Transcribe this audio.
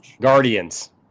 Guardians